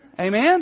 Amen